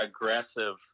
aggressive